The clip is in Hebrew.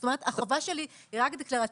זאת אומרת החובה שלי היא רק דקלרטיבית.